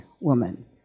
woman